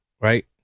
right